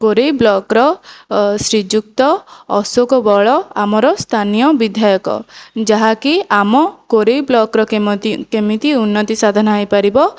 କୋରେଇ ବ୍ଲକର ଶ୍ରୀଯୁକ୍ତ ଅଶୋକ ବଳ ଆମର ସ୍ଥାନୀୟ ବିଧାୟକ ଯାହାକି ଆମ କୋରେଇ ବ୍ଲକର କେମିତି ଉନ୍ନତି ସାଧନା ହୋଇପାରିବ